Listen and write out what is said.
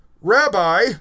Rabbi